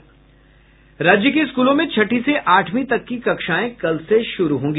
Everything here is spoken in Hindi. राज्य के स्कूलों में छठी से आठवीं तक की कक्षाएं कल से शुरू होंगी